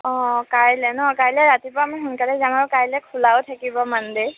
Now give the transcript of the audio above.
অঁ কাইলৈ ন' কাইলৈ ৰাতিপুৱা মোৰ সোনকালে যাম আৰু কাইলৈ খোলাও থাকিব মানডে